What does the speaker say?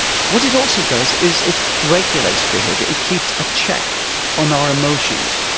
what it also does is it regulates behaviour it keeps a check on our emotions.